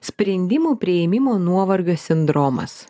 sprendimų priėmimo nuovargio sindromas